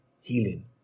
healing